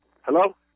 Hello